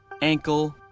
ankle,